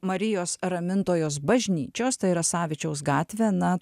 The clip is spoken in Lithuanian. marijos ramintojos bažnyčios tai yra savičiaus gatvė na